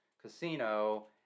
casino